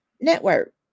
network